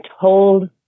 told